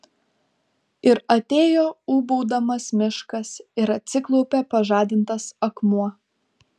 ir atėjo ūbaudamas miškas ir atsiklaupė pažadintas akmuo